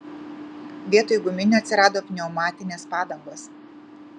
vietoj guminių atsirado pneumatinės padangos